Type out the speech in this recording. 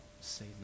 say